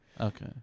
Okay